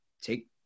take